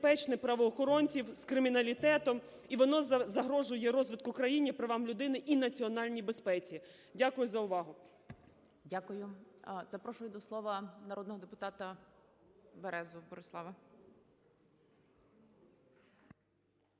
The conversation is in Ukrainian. Дякую за увагу.